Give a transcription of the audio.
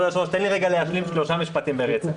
כבוד היושב-ראש, תן לי להשלים שלושה משפטים ברצף.